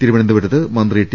തിരു വനന്തപുരത്ത് മന്ത്രി ടി